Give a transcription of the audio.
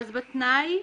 אז בתנאי?